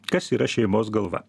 kas yra šeimos galva